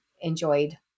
enjoyed